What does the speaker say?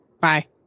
bye